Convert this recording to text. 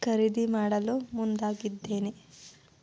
ಖರೀದಿ ಮಾಡಲು ಮುಂದಾಗಿದ್ದೇನೆ